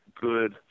good